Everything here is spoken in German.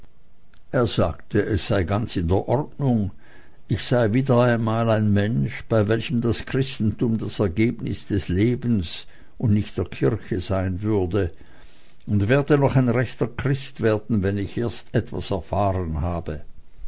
er sagte es sei ganz in der ordnung ich sei wieder einmal ein mensch bei welchem das christentum das ergebnis des lebens und nicht der kirche sein würde und werde noch ein rechter christ werden wenn ich erst etwas erfahren habe